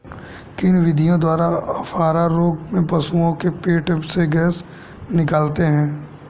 किन विधियों द्वारा अफारा रोग में पशुओं के पेट से गैस निकालते हैं?